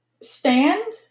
stand